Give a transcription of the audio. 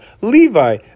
Levi